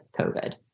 COVID